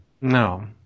No